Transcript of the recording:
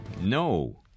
no